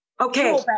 okay